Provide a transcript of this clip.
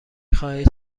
خواهید